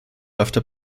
after